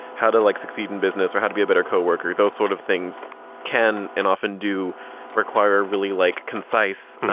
how to, like, succeed in business or how to be a better co-worker. those sort of things can and often do require really like concise,